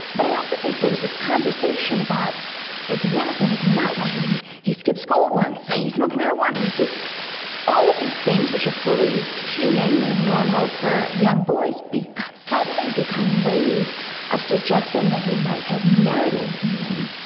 but i also think there was this conversation about is he innocent, is he not? well, he he skipped school once, so he smoked marijuana. i mean, this all of these things, which are fully human, and normal for young boys, be suddenly become ways of suggesting that he might have merited being,